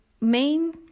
main